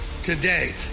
today